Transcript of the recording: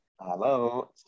Hello